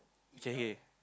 okay okay